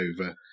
over